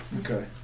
Okay